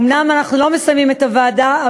אומנם אנחנו לא מסיימים את עבודת הוועדה,